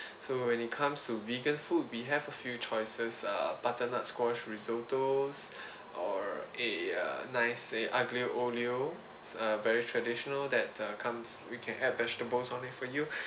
so when it comes to vegan food we have a few choices err butternut squash risotto or a err nice say aglio olio is a very traditional that comes we can add vegetables on it for you